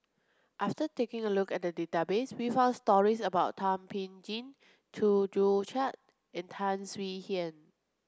after taking a look at the database we found stories about Thum Ping Tjin Chew Joo Chiat and Tan Swie Hian